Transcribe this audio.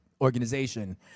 organization